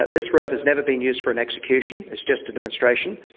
this rope has never been used for an execution, it's just a demonstration.